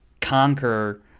conquer